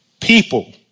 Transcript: People